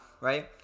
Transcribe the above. right